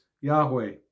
Yahweh